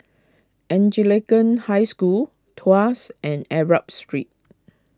Anglican High School Tuas and Arab Street